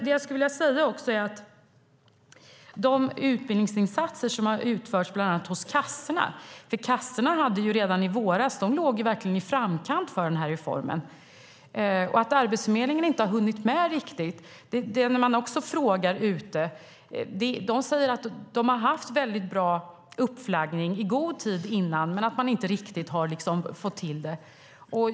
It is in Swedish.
När det gäller de utbildningsinsatser som har utförts bland annat hos kassorna - kassorna låg redan i våras i framkant när det gäller denna reform - och att Arbetsförmedlingen inte har hunnit med riktigt sägs det att man har haft en bra uppflaggning i god tid innan men att man inte riktigt har fått till det.